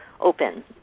open